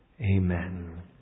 amen